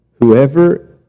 whoever